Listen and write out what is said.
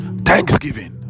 Thanksgiving